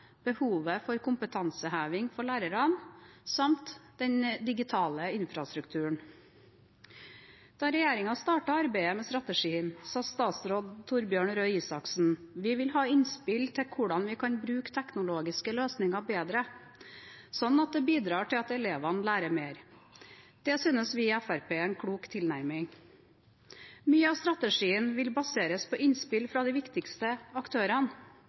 behovet for kompetanseheving for lærerne samt den digitale infrastrukturen. Da regjeringen startet arbeidet med strategien, sa statsråd Torbjørn Røe Isaksen: «Vi vil ha innspill til hvordan vi kan bruke teknologiske løsninger bedre, slik at det bidrar til at elevene lærer mer.» Det synes vi i Fremskrittspartiet er en klok tilnærming. Mye av strategien vil baseres på innspill fra de viktigste aktørene,